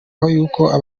nguko